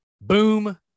Boom